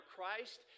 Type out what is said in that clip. Christ